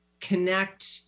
connect